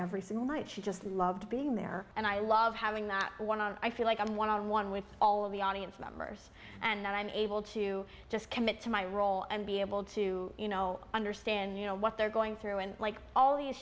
every single night she just loved being there and i love having that one i feel like i'm one on one with all of the audience members and i'm able to just commit to my role and be able to you know understand you know what they're going through and like all these